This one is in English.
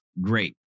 great